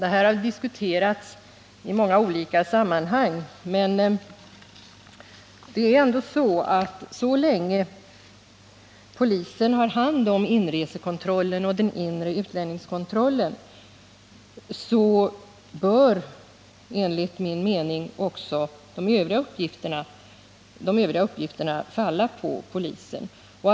Den här frågan har diskuterats i många olika sammanhang, men så länge polisen har hand om inresekontrollen och om den inre utlänningskontrollen, så bör enligt min mening också de övriga uppgifterna falla på polismyndigheten.